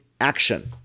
action